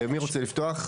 מי רוצה לפתוח?